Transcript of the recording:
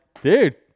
dude